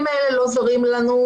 הנתונים האלה לא זרים לנו,